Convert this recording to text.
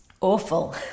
awful